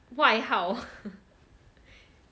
外号